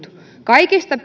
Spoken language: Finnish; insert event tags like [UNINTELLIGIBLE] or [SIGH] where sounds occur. kaikista [UNINTELLIGIBLE]